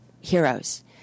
heroes